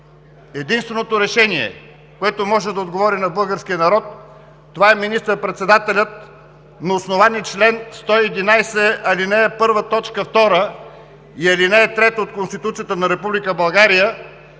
Единственото решение, което може да отговори на българския народ, е министър-председателят на основание чл. 111, ал. 1, т. 2 и ал. 3 от Конституцията на Република